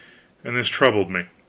and this troubled me.